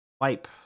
wipe